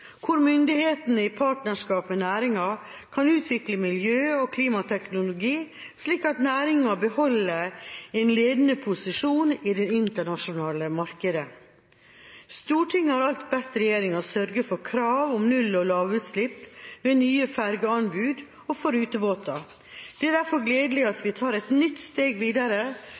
hvor myndighetene i partnerskap med næringen kan utvikle miljø- og klimateknologi, slik at næringen beholder en ledende posisjon i det internasjonale markedet. Stortinget har alt bedt regjeringa sørge for krav om null- og lavutslipp ved nye fergeanbud og for rutebåter. Det er derfor gledelig at vi tar et nytt steg videre